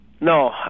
No